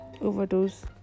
overdose